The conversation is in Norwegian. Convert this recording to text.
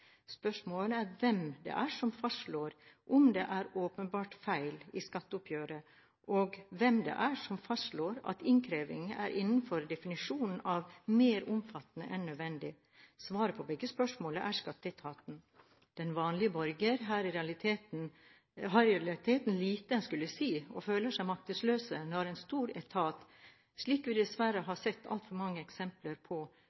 Spørsmålet er: Hvem er det som fastslår om det er «åpenbare» feil i skatteoppgjøret, og hvem er det som fastslår om innkrevingen er innenfor definisjonen «mer omfattende enn nødvendig»? Svaret på begge spørsmål er skatteetaten. Den vanlige borger har i realiteten lite han skulle ha sagt, og føler seg maktesløs når en stor etat, slik vi dessverre har sett altfor mange eksempler på,